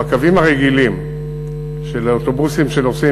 בקווים הרגילים של אוטובוסים שנוסעים